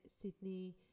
Sydney